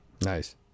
Nice